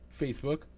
Facebook